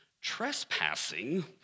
trespassing